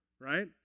right